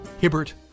Hibbert